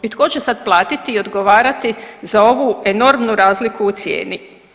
I tko će sad platiti i odgovarati za ovu enormnu razliku u cijeni?